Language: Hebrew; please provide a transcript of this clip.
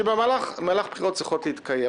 שעולים במהלך בחירות שצריכות להתקיים.